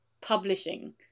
publishing